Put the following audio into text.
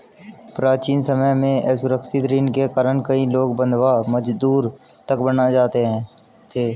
प्राचीन समय में असुरक्षित ऋण के कारण कई लोग बंधवा मजदूर तक बन जाते थे